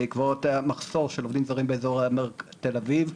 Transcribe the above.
בעקבות מחסור של עובדים זרים באזור המרכז ותל אביב,